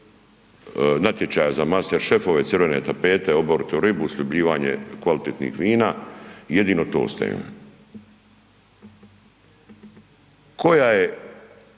natječaja za master šefove crvene tapete, oboritu ribu, sljubljivanje kvalitetnih vina i jedno to ostaje. Koje